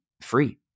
free